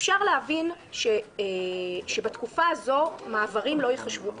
אפשר להבין שבתקופה הזו מעברים לא ייחשבו פרישה.